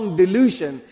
delusion